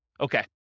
Okay